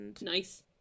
Nice